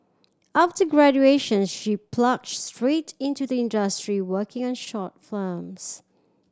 after graduation she plunged straight into the industry working on short films